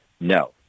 no